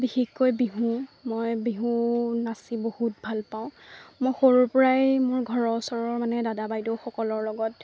বিশেষকৈ বিহু মই বিহু নাচি বহুত ভাল পাওঁ মই সৰুৰ পৰাই মোৰ ঘৰৰ ওচৰৰ মানে দাদা বাইদেউসকলৰ লগত